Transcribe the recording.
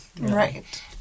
Right